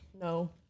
No